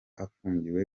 afunguwe